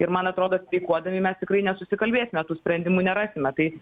ir man atrodo streikuodami mes tikrai nesusikalbėsime tų sprendimų nerasime tai